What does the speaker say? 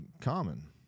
common